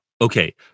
Okay